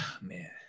man